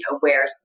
aware